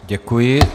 Děkuji.